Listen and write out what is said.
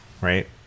right